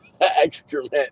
excrement